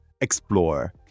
explore